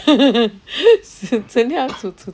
整天要煮煮